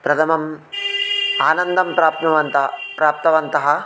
प्रथमं आनन्दं प्राप्नुवन्तः प्राप्तवन्तः